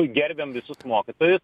gerbiam visus mokytojus